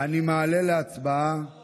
אני מעלה להצבעה, לא,